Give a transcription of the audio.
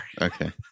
okay